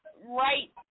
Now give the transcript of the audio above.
right